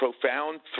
profound